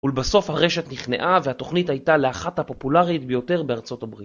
ולבסוף הרשת נכנעה והתוכנית הייתה לאחת הפופולרית ביותר בארה״ב